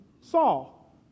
Saul